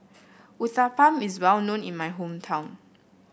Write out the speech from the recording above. Uthapam is well known in my hometown